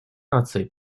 наций